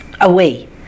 away